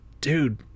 dude